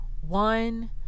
one